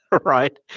right